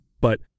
But-